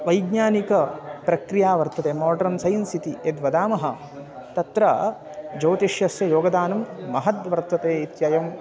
वैज्ञानिकप्रक्रिया वर्तते modern science इति यद्वदामः तत्र ज्योतिष्यस्य योगदानं महद्वर्तते इत्ययम्